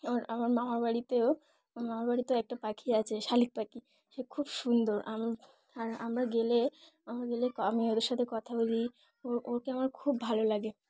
ওর আমার মামার বাড়িতেও মামার বাড়িতেও একটা পাখি আছে শালিক পাখি সে খুব সুন্দর আর আমরা গেলে আমার গেলে আমি ওদের সাথে কথা বলি ও ওকে আমার খুব ভালো লাগে